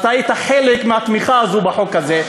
אז היית חלק מהתמיכה הזאת בחוק הזה.